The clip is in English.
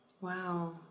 Wow